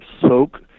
soak